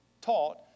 taught